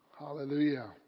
Hallelujah